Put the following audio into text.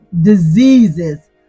diseases